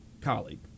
colleague